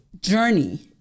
journey